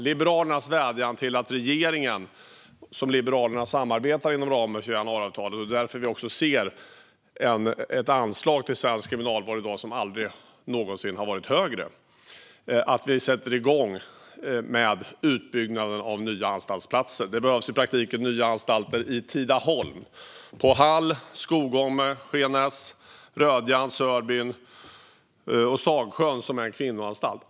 Liberalernas vädjan till regeringen - Liberalerna samarbetar med regeringen inom ramen för januariavtalet, och därför ser vi ett anslag till svensk kriminalvård i dag som aldrig någonsin har varit högre - är att vi sätter igång med utbyggnaden av nya anstaltsplatser. Det behövs i praktiken nya anstaltsplatser på Tidaholm, Hall, Skogome, Skenäs, Rödjan, Sörbyn och Sagsjön som är en kvinnoanstalt.